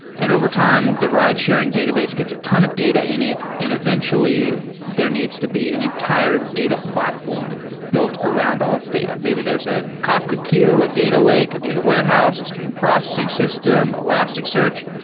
and overtime, the ridesharing database gets a ton of data in it and eventually there needs to be an entire data platform built around all its data. maybe there's a kafka queue, a data lake, a data warehouse, a stream processing system, elasticsearch.